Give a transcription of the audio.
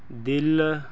ਦਿਲ